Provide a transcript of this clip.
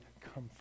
comfort